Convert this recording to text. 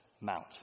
mount